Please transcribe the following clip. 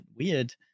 weird